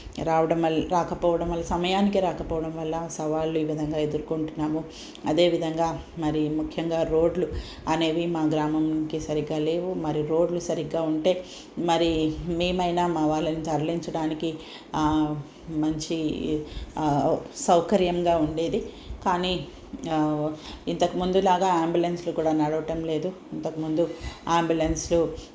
రావడం వల్ల రాకపోవడం వల్ల సమయానికి రాకపోవడం వల్ల సవాళ్ళు ఈ విధంగా ఎదుర్కొంటున్నాము అదే విధంగా మరీ ముఖ్యంగా రోడ్లు అనేవి మా గ్రామంకి సరిగ్గా లేవు మరి రోడ్లు సరిగ్గా ఉంటే మరి మేమైనా మా వాళ్ళని తరలించడానికి మంచి సౌకర్యంగా ఉండేది కానీ ఇంతకు ముందులాగా ఆంబులెన్స్లు కూడా నడవటం లేదు ఇంతకు ముందు ఆంబులెన్స్లు